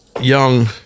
young